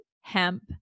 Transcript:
hemp